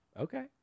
Okay